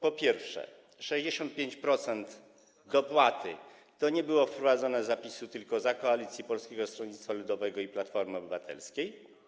Po pierwsze, 65% dopłaty nie było wprowadzone za PiS-u, tylko za koalicji Polskiego Stronnictwa Ludowego i Platformy Obywatelskiej.